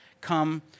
come